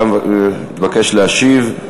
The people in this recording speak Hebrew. אתה מתבקש להשיב,